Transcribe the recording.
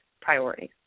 priorities